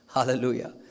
Hallelujah